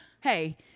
Hey